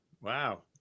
Wow